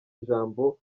ijambo